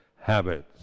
habits